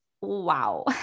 wow